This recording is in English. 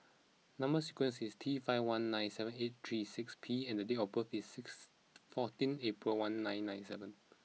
number sequence is T five one nine seven eight three six P and date of birth is six fourteen April one nine nine seven